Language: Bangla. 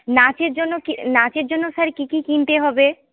নাচের জন্য কি নাচের জন্য স্যার কি কি কিনতে হবে